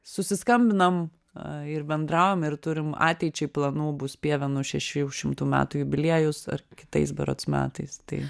susiskambinam a ir bendraujam ir turim ateičiai planų bus pievenų šešių šimtų metų jubiliejus ar kitais berods metais tai